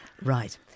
Right